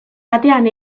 batean